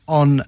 on